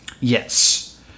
Yes